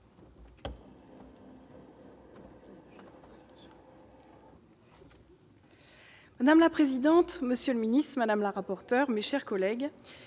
Madame la présidente, monsieur le ministre, madame le rapporteur, mes chers collègues,